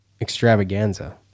extravaganza